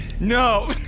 No